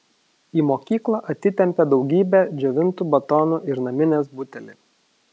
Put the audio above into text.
į mokyklą atitempė daugybę džiovintų batonų ir naminės butelį